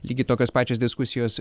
lygiai tokios pačios diskusijos